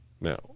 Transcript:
Now